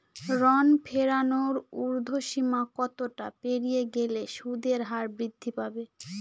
ঋণ ফেরানোর উর্ধ্বসীমা কতটা পেরিয়ে গেলে সুদের হার বৃদ্ধি পাবে?